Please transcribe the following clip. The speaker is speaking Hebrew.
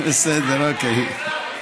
אוקיי.